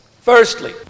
Firstly